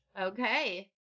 Okay